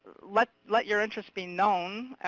let let your interest be known.